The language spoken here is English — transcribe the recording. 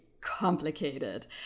complicated